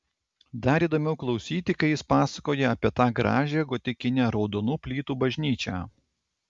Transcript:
dar įdomiau klausyti kai jis pasakoja apie tą gražią gotikinę raudonų plytų bažnyčią